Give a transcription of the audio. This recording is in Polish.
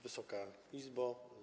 Wysoka Izbo!